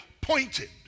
pointed